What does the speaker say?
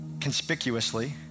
conspicuously